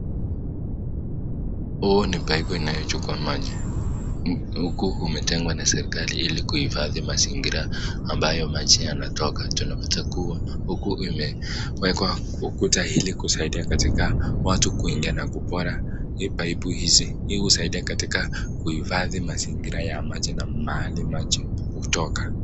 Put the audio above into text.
Pipe inayochukua maji .Imetengwa na serikari ili kuhifadhi mazingira ambayo maji yanatoka. Imewekwa ukuta ili kusaidia katika watu kuingia na kupora pipe hizi.